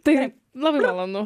taip labai malonu